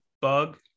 Bug